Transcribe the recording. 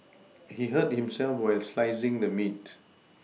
he hurt himself while slicing the meat